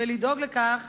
ולדאוג לכך